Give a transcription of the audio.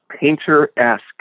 Painter-esque